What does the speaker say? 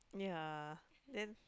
yeah then